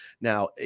now